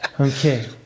okay